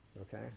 Okay